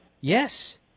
Yes